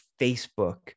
Facebook